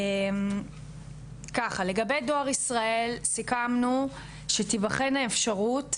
ככה, לגבי דואר ישראל, סיכמנו שתבחן האפשרות,